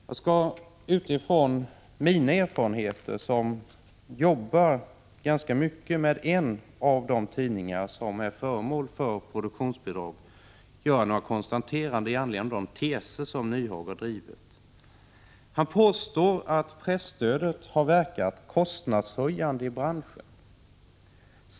Jag skall utifrån mina erfarenheter — jag jobbar ganska mycket med en av de tidningar som är föremål för produktionsbidrag — göra några konstateranden med anledning av de teser som Hans Nyhage har drivit. Han påstår att presstödet har verkat kostnadshöjande i branschen.